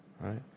right